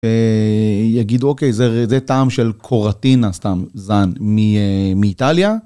יגידו, אוקיי, זה טעם של קורתינה סתם, זן, מאיטליה.